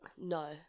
No